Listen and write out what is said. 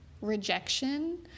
rejection